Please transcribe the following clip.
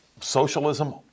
socialism